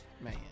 Man